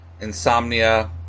insomnia